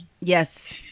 yes